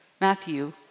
Matthew